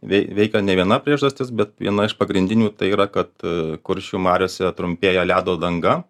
vei veikia ne viena priežastis bet viena iš pagrindinių tai yra kad kuršių mariose trumpėja ledo danga